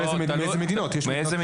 ומאיזה מדינות.